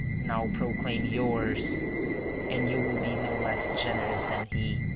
now proclaim yours and you will be no less generous than he.